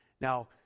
Now